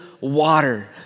water